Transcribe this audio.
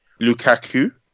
Lukaku